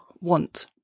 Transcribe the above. want